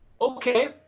okay